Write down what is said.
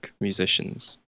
musicians